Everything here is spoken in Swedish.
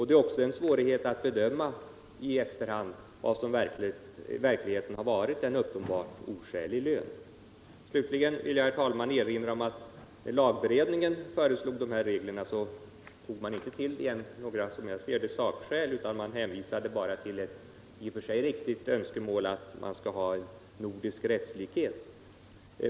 Det är också svårt att i efterhand bedöma vad som verkligen har varit en uppenbart oskälig lön. Slutligen vill jag, herr talman, erinra om att när lagberedningen föreslog dessa regler, anförde man inte några som helst sakskäl, utan man hänvisade bara till ett i och för sig viktigt önskemål om nordisk rättslikhet.